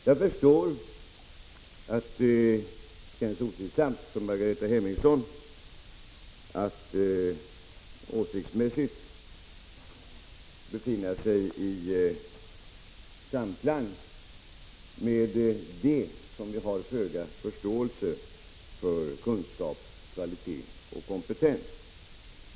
Herr talman! Jag förstår att det känns otrivsamt för Margareta Hemmingsson att åsiktsmässigt vara i samklang med dem som har föga förståelse för kunskap, kvalitet och kompetens.